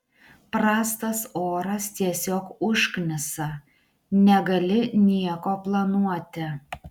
prastas oras tiesiog užknisa negali nieko planuoti